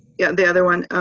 yeah the other one,